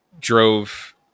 drove